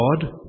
God